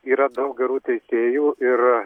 yra daug gerų teisėjų ir